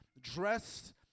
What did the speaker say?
dressed